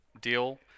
deal